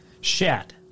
Shat